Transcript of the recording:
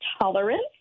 Tolerance